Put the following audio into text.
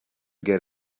get